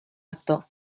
actor